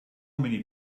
many